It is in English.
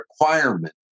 requirement